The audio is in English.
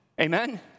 Amen